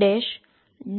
બનશે